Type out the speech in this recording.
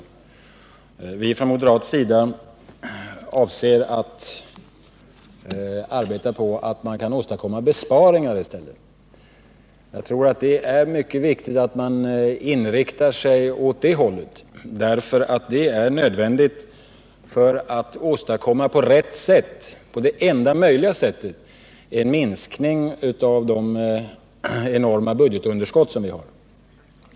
Vi avser från moderat sida att arbeta för att åstadkomma besparingar i stället. Jag tror att det är mycket viktigt att man inriktar sig åt det hållet, eftersom det är nödvändigt för att på rätt sätt — på det enda möjliga sättet — åstadkomma en minskning av det enorma budgetunderskott som vi har.